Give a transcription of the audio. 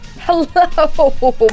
Hello